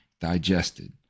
digested